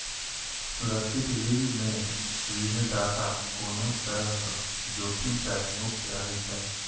सुरक्षित ऋण मे ऋणदाता कोनो तरहक जोखिम सं मुक्त रहै छै